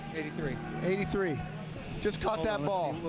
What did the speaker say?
eighty three eighty three just caught that ball.